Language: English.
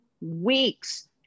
weeks